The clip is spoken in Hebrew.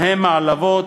ובהם העלבות,